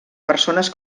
persones